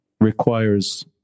requires